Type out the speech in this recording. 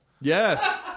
Yes